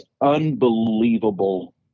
unbelievable